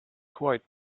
quite